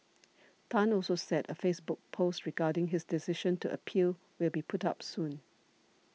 Tan also said a Facebook post regarding his decision to appeal will be put up soon